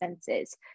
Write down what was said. senses